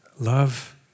Love